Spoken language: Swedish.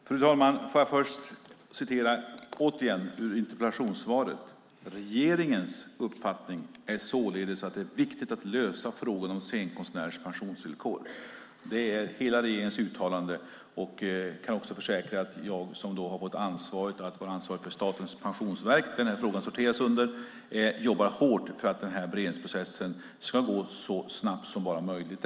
Fru talman! Jag läser återigen ur interpellationssvaret: Regeringens uppfattning är således att det är viktigt att lösa frågan om scenkonstnärers pensionsvillkor. Det är regeringens uttalande. Jag kan försäkra att jag som har fått ansvar för Statens pensionsverk som den här frågan sorterar under jobbar hårt för att regeringsprocessen ska gå så snabbt som möjligt.